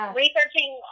researching